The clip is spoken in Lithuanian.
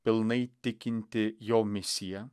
pilnai tikinti jo misija